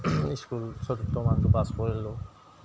school চতুৰ্থ মানটো pass কৰিলোঁ